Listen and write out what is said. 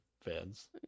fans